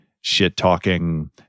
shit-talking